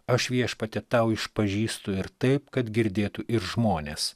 aš viešpatie tau išpažįstu ir taip kad girdėtų ir žmonės